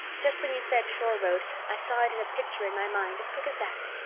just when you said shore road i saw it in a picture in my mind, as quick as that!